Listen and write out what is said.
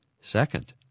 Second